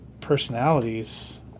personalities